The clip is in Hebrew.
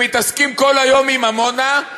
שמתעסקים כל היום עם עמונה,